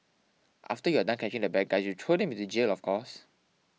after you are done catching the bad guys you throw them into jail of course